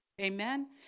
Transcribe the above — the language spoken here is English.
Amen